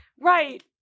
right